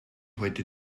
heute